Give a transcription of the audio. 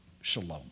shalom